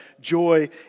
joy